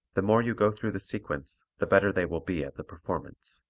the more you go through the sequence the better they will be at the performance.